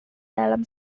dalam